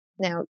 Now